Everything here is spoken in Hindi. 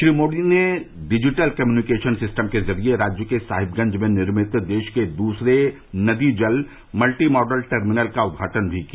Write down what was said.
श्री मोदी ने डिजिटल कम्युनिकेशन सिस्टम के जरिये राज्य के साहिबगंज में निर्मित देश के दूसरे नदी जल मल्टी मॉडल टर्मिनल का उद्घाटन भी किया